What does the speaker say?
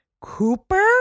Cooper